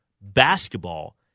basketball